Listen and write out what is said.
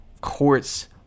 courts